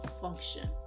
function